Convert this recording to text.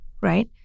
right